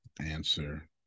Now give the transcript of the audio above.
answer